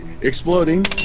Exploding